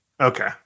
Okay